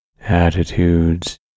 attitudes